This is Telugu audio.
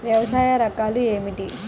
వ్యవసాయ రకాలు ఏమిటి?